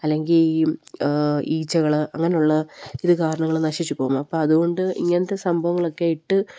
അല്ലെങ്കില് ഈച്ചകള് അങ്ങനെയുള്ള ഇത് കാരണം നശിച്ചുപോകും അപ്പോള് അതുകൊണ്ട് ഇങ്ങനത്തെ സംഭവങ്ങളൊക്കെ ഇട്ട്